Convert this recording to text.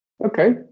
Okay